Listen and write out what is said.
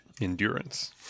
endurance